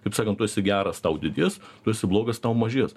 kaip sakant tu esi geras tau didės tu esi blogas tau mažės